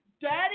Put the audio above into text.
Daddy